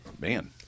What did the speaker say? Man